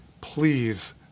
Please